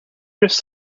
just